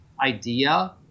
idea